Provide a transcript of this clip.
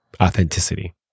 authenticity